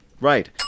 Right